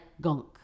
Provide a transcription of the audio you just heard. gunk